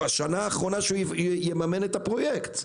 השנה האחרונה שהוא יממן את הפרויקט.